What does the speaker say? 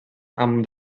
amb